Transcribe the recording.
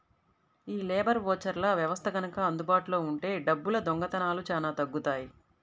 యీ లేబర్ ఓచర్ల వ్యవస్థ గనక అందుబాటులో ఉంటే డబ్బుల దొంగతనాలు చానా తగ్గుతియ్యి